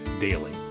Daily